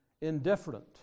indifferent